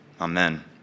Amen